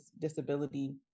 disability